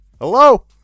Hello